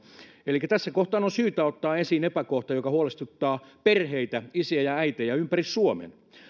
elikkä tässä kohtaa on syytä ottaa esiin epäkohta joka huolestuttaa perheitä isiä ja äitejä ympäri suomen